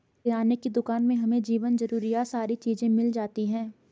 किराने की दुकान में हमें जीवन जरूरियात सारी चीज़े मिल जाती है